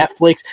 netflix